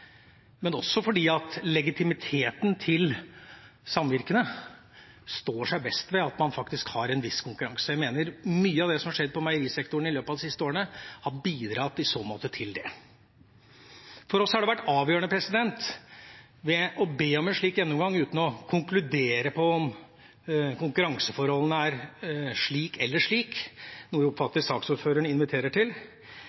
men også fordi legitimiteten til samvirkene står seg best ved at man faktisk har en viss konkurranse. Jeg mener mye av det som har skjedd på meierisektoren i løpet av de siste årene, i så måte har bidratt til det. Det har vært avgjørende for oss å be om en slik gjennomgang uten å konkludere på om konkurranseforholdene er slik eller slik, noe jeg oppfatter saksordføreren inviterer til.